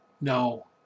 No